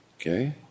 Okay